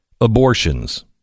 abortions